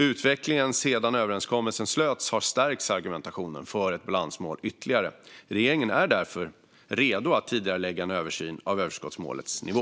Utvecklingen sedan överenskommelsen slöts har stärkt argumenten för ett balansmål ytterligare. Regeringen är därför redo att tidigarelägga en översyn av överskottsmålets nivå.